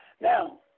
Now